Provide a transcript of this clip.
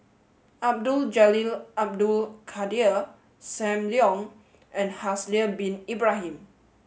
Abdul Jalil Abdul Kadir Sam Leong and Haslir bin Ibrahim